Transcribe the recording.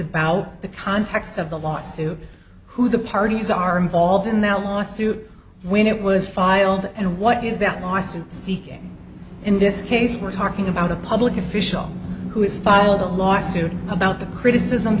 about the context of the lawsuit who the parties are involved in the lawsuit when it was filed and what is that lawsuit seeking in this case we're talking about a public official who has followed a lawsuit about the criticism